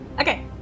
Okay